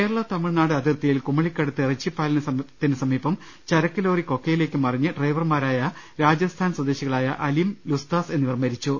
കേരള തമിഴ്നാട് അതിർത്തിയിൽ കുമളിക്കടുത്ത് ഇറച്ചിപ്പാലത്തിനു സമീപം ചരക്കു ലോറി കൊക്കയി ലേക്കു മറിഞ്ഞ് ഡ്രൈവർമാരായ രാജസ്ഥാൻ സ്വദേശികളായ അലിം ലുസ്താസ് എന്നിവർ മരിച്ചു